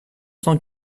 cent